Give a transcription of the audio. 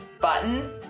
Button